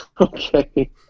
Okay